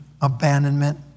abandonment